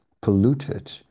polluted